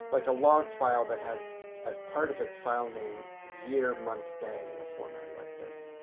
like a log file that has as part of its filename year-month-day in a format like this.